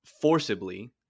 Forcibly